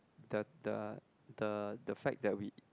the the the the fact that we